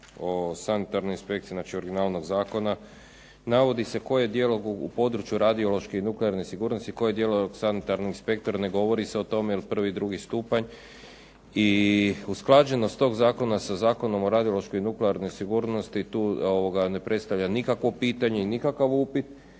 o sanitarnoj inspekciji, znači originalnog zakona, navodi se koje djelo u području radiološke i nuklearne sigurnosti, koje djelo sanitarnog inspektora, ne govori se o tome jel prvi i drugi stupanj. I usklađenost tog zakona sa Zakonom o radiološkoj i nuklearnoj sigurnosti tu ne predstavlja nikakvo pitanje i nikakav upit